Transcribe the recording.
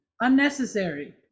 unnecessary